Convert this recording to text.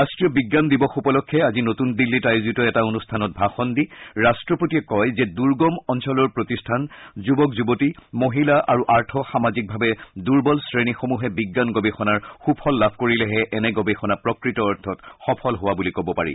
ৰাষ্ট্ৰীয় বিজ্ঞান দিৱস উপলক্ষে আজি নতুন দিল্লীত আয়োজিত এটা অনুষ্ঠানত ভাষণ দি ৰাষ্ট্ৰপতিয়ে কয় যে দুৰ্গম অঞ্চলৰ প্ৰতিষ্ঠান যুৰক যুৱতী মহিলা আৰু আৰ্থ সামাজিকভাৱে দুৰ্বল শ্ৰেণীসমূহে বিজ্ঞান গৱেষণাৰ সুফল লাভ কৰিলেহে এনে গৱেষণা প্ৰকৃত অৰ্থত সফল হোৱা বুলি কব পাৰি